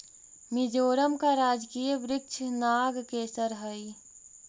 मिजोरम का राजकीय वृक्ष नागकेसर हई